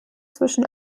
zwischen